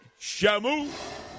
Shamu